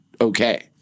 okay